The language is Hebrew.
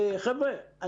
חבר'ה,